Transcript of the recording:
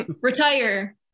Retire